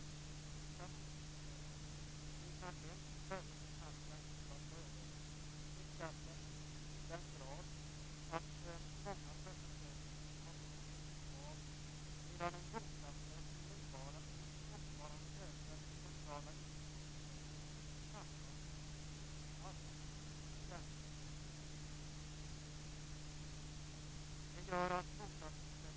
Vad är det för rättvisa i att de med lägre inkomster och sämre bostadslägen ska subventionera hyror för dem i centrala lägen som har ekonomi stark nog att betala för sig själva? Så kan vi ju inte ha det. Vi måste få en hyreslagstiftning som bättre svarar mot tillgång och efterfrågan.